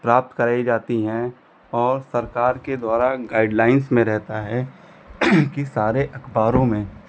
प्राप्त कराई जाती हैं और सरकार के द्वारा गाइडलाइंस में रहता है कि सारे अखबारों में